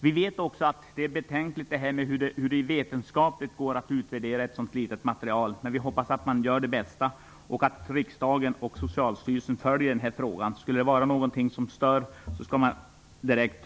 Vi vet också att det finns betänkligheter när det gäller att vetenskapligt utreda ett så litet material. Men jag hoppas att man gör sitt bästa och att riksdagen och Socialstyrelsen följer frågan. Skulle någonting gå fel, skall försöket